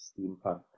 steampunk